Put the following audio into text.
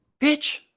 bitch